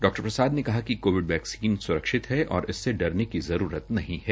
डॉ प्रसाद ने कहा कि कोविड वैक्सीन सुरक्षित है और इससे डरने की जरूरत नहीं है